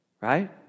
Right